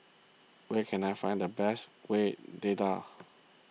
where can I find the best Kueh Dadar